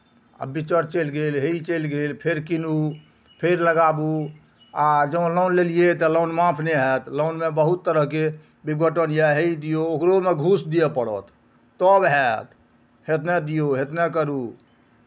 आ बिच्चर चलि गेल हे ई चलि गेल फेर कीनू फेर लगाबू आ जँ लोन लेलियै तऽ लोन माफ नहि हैत लोनमे बहुत तरहके विघटन यए हे ई दियौ ओकरोमे घूस दिअ पड़त तब हैत हेतना दियौ हेतना करू